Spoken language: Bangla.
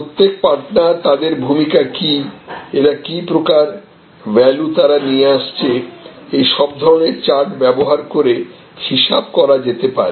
প্রত্যেক পার্টনার তাদের ভূমিকা কি ওরা কি প্রকার ভ্যালু তারা নিয়ে আসছে সব এই ধরনের চার্ট ব্যবহার করে হিসাব করা যেতে পারে